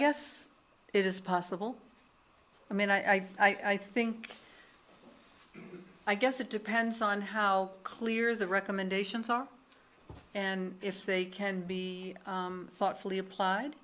guess it is possible i mean i i think i guess it depends on how clear the recommendations are and if they can be thoughtfully applied